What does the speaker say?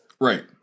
right